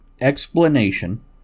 explanation